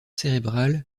cérébral